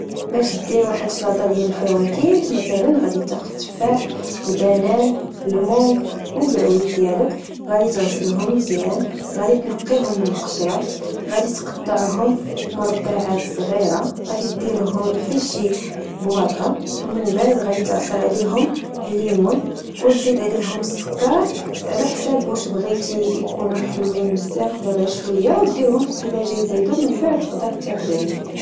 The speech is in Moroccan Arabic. باش دير واحد شلاضة ديال الفواكه، متلا غدي تاخد التفاح، البنان، المونچ والبعويد ديالك، غدي تغسلهم مزيان، غدي تنقيهم من القشرة، فدي تقطعهم مربعات صغيرة، غدي ديرها في شي بواطة، ومن بعد غدي تعصر عليهم الليمون، وتزيد عليهم السكر على حساب واش بغيتي يكونو حلوين بزاف ولا غير شوية، وديرهم في التلاجة يبردو من بعد تقدر تاكلهم